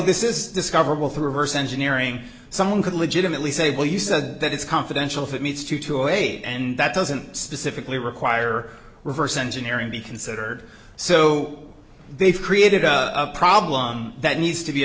this is discoverable for reverse engineering someone could legitimately say well you said that it's confidential that means two to eight and that doesn't specifically require reverse engineering be considered so they've created a problem that needs to be